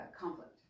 conflict